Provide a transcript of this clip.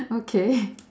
okay